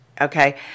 Okay